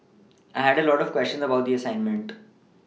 I had a lot of questions about the assignment